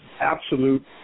absolute